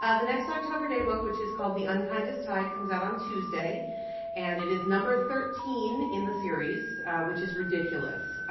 ah the next october day book which is called the unkindest tide comes out on tuesday and it is thirteen in the series which is ridiculous.